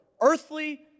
earthly